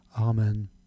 Amen